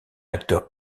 acteur